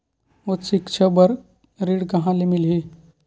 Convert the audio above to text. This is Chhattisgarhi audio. उच्च सिक्छा बर ऋण कहां ले मिलही?